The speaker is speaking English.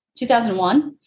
2001